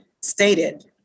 stated